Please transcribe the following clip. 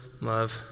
love